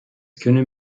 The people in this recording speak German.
können